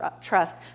trust